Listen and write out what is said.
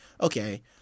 okay